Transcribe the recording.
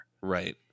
Right